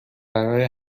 برای